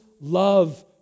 Love